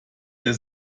der